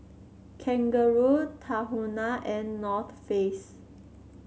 Kangaroo Tahuna and North Face